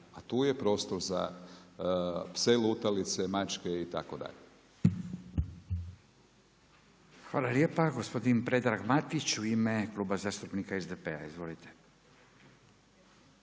a tu je prostor za pse lutalice, mačke itd. **Radin, Furio (Nezavisni)** Hvala lijepa. Gospodin Predrag Matić u ime Kluba zastupnika SDP-a. Izvolite.